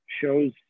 shows